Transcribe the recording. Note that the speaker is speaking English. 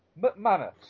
McManus